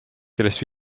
kellest